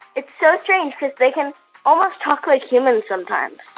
it's so strange because they can almost talk like humans, sometimes